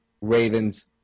Ravens